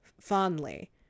fondly